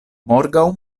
morgaŭ